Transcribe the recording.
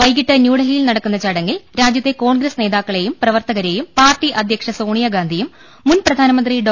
വൈകീട്ട് ന്യൂഡൽഹിൽ നടക്കുന്ന ചടങ്ങിൽ രാജ്യത്തെ കോൺഗ്രസ് നേതാക്കളെയും പ്രവർത്തകരെയും പാർട്ടി അധ്യക്ഷ സോണിയാ ഗാന്ധിയും മുൻ പ്രധാനമന്ത്രി ഡോ